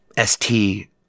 ST